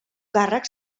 càrrec